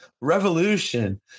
revolution